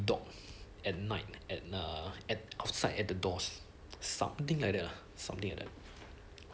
dog at night at err at outside at the doors something like that lah something like that